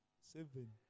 seven